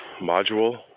module